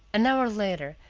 an hour later,